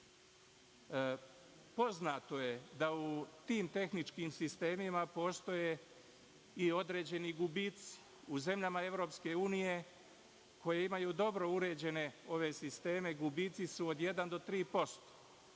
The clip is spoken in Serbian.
Poznato je da u tim tehničkim sistemima postoje i određeni gubici. U zemljama EU, koje imaju dobro uređene ove sisteme, gubici su od jedan